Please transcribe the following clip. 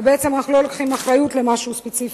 ובעצם אנחנו לא לוקחים אחריות למשהו ספציפי.